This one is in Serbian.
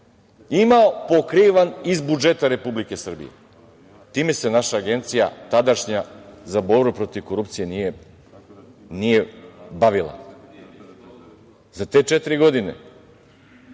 imao, pokrivan je iz budžeta Republike Srbije. Time se naša tadašnja Agencija za borbu protiv korupcije nije bavila.Za te četiri godine